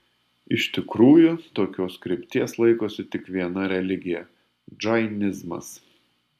iš tikrųjų tokios krypties laikosi tik viena religija džainizmas